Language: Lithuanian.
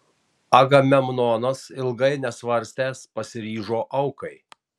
agamemnonas ilgai nesvarstęs pasiryžo aukai